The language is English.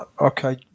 Okay